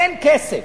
אין כסף.